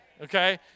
Okay